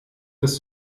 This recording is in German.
das